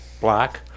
black